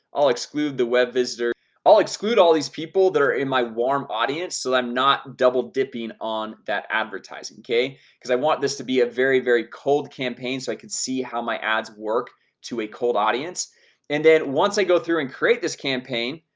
i'll exclude the web visitor i'll exclude all these people that are in my warm audience, so i'm not double dipping on that advertising okay because i want this to be a very very cold campaign so i could see how my ads work to a cold audience and then once i go through and create this campaign,